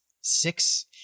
six